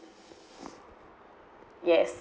yes